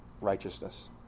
righteousness